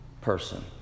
person